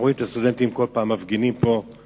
אנחנו רואים את הסטודנטים כל פעם מפגינים פה על